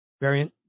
variant